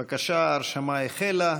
בבקשה, ההרשמה החלה.